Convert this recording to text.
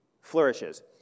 flourishes